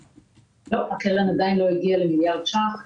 לא, הקרן עדיין לא הגיעה למיליארד ש"ח.